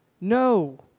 No